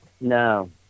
No